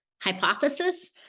hypothesis